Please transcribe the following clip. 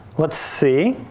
let's see.